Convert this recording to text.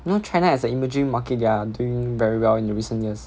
you know china as a emerging market they are doing very well in recent years